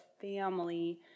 family